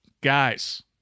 guys